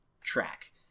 track